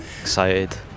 excited